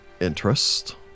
interest